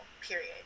period